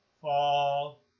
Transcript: fall